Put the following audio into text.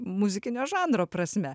muzikinio žanro prasme